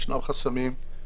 יש חסמים.